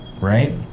right